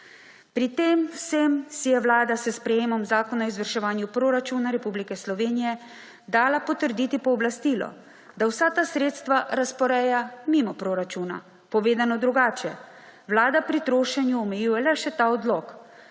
Pri tem vsem si je Vlada s sprejemom Zakona o izvrševanju proračuna Republike Slovenije dala potrditi pooblastilo, da vsa ta sredstva razporeja mimo proračuna; povedano drugače, Vlado pri trošenju omejuje le še ta odlok,